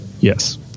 yes